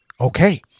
Okay